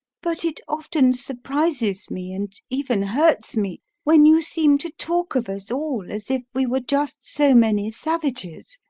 but it often surprises me, and even hurts me, when you seem to talk of us all as if we were just so many savages.